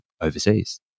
overseas